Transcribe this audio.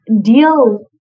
deal